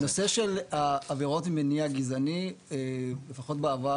הנושא של העבירות ממניע גזעני לפחות בעבר,